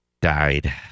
died